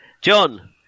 John